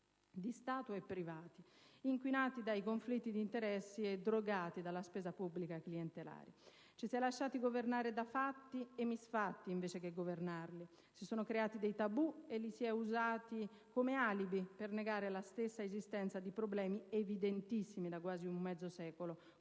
di Stato e privati - inquinati dai conflitti d'interesse e drogati dalla spesa pubblica clientelare. Ci si è lasciati governare da fatti e misfatti, invece che governarli. Si sono creati dei tabù e li si è usati come alibi per negare la stessa esistenza di problemi evidentissimi da quasi un mezzo secolo.